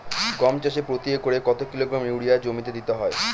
গম চাষে প্রতি একরে কত কিলোগ্রাম ইউরিয়া জমিতে দিতে হয়?